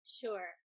Sure